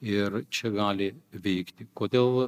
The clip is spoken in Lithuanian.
ir čia gali veikti kodėl